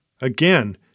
Again